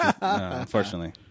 unfortunately